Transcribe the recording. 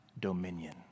dominion